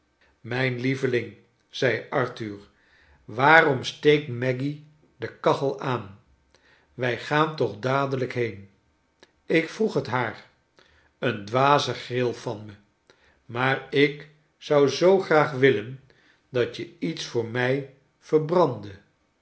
mrjn lieveling zei arthur waarom steekt maggy de kachel aan wij gaan toch dadelijk heen ik vroeg het haar een dwaze gril van me maar ik zou zoo graag willen dat je iets voor mij verbrandde